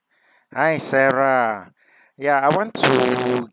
hi sarah ya I want to